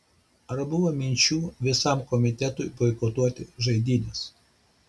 ar buvo minčių visam komitetui boikotuoti žaidynes